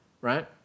right